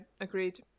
agreed